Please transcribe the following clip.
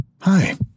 Hi